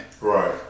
Right